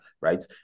right